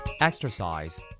Exercise